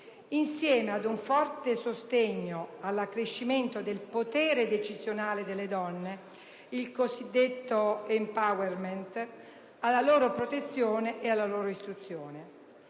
insieme ad un forte sostegno all'accrescimento del potere decisionale delle donne, il cosiddetto *empowerment*, alla loro protezione e alla loro istruzione.